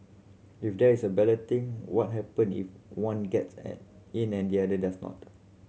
if there is a balloting what happen if one gets an in and the other does not